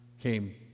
came